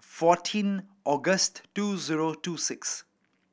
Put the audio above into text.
fourteen August two zero two six